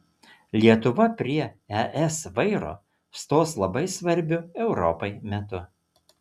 lietuva prie es vairo stos labai svarbiu europai metu